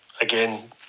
again